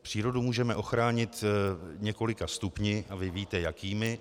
Přírodu můžeme ochránit několika stupni a vy víte jakými.